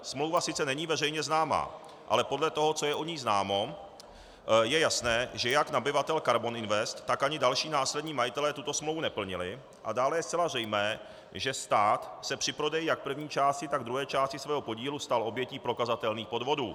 Smlouva sice není veřejně známá, ale podle toho, co je o ní známo, je jasné, že jak nabyvatel Karbon Invest, tak ani další následní majitelé tuto smlouvu neplnili, a dále je zcela zřejmé, že stát se při prodeji jak první části, tak druhé části svého podílu stal obětí prokazatelných podvodů.